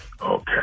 Okay